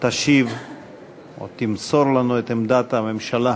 תשיב או תמסור לנו את עמדת הממשלה.